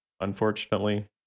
unfortunately